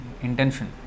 intention